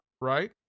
right